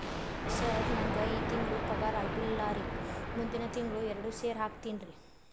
sir ನಂಗ ಈ ತಿಂಗಳು ಪಗಾರ ಆಗಿಲ್ಲಾರಿ ಮುಂದಿನ ತಿಂಗಳು ಎರಡು ಸೇರಿ ಹಾಕತೇನ್ರಿ